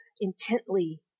intently